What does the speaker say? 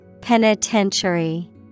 penitentiary